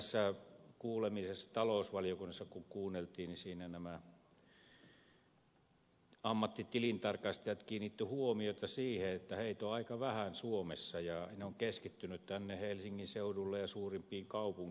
tässä kuulemisessa kun talousvaliokunnassa kuunneltiin nämä ammattitilintarkastajat kiinnittivät huomiota siihen että heitä on aika vähän suomessa ja he ovat keskittyneet tänne helsingin seudulle ja suurimpiin kaupunkeihin